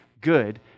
good